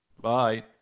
bye